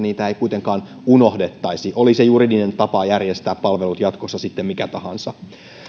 ei kuitenkaan unohdettaisi oli se juridinen tapa järjestää palvelut jatkossa sitten mikä tahansa